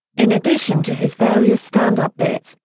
in addition to his various stand-up bits,